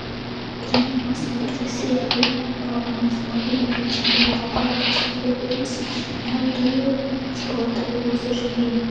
kremliaus agresija ir neprognozuojami veiksmai europoje paskubins jav dujų eksportą į mūsų žemyną